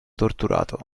torturato